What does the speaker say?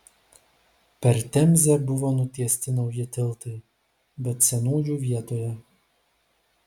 per temzę buvo nutiesti nauji tiltai bet senųjų vietoje